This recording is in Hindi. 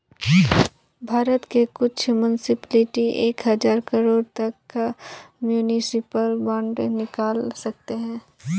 भारत के कुछ मुन्सिपलिटी एक हज़ार करोड़ तक का म्युनिसिपल बांड निकाल सकते हैं